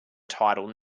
title